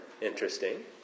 Interesting